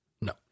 No